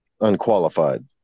unqualified